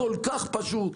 זה כל כך פשוט.